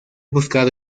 buscado